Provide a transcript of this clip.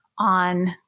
on